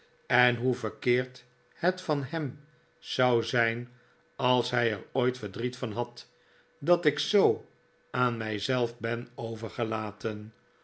en hoe verkeerd het van hem zou zijn r als hij er ooit verdriet van had dat ik zoo aan mij zelf ben overgelaten